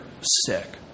sick